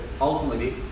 ultimately